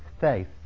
faith